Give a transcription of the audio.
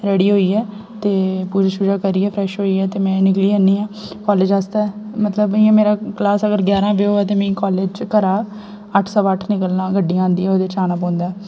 ready होइयै ते पूजा शूजा करियै फ्रैश होइयै ते में निकली जन्नी आं कालेज आस्तै मतलब इ'यां मेरे क्लास अगर ग्यारह बजे होऐ ते मी कालेज च घरा अट्ठ सवा अट्ठ निकलना गड्डियां आंदिया ओह्दे च आना पौंदा ऐ